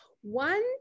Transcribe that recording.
One